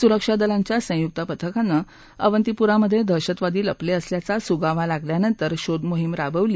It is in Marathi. सुरक्षा दलांच्या संयुक पथकानं अवंतीपुरामध्ये दहशतवादी लपले असल्याचा सुगावा लागल्यानंतर शोध मोहीम राबवली